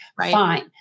Fine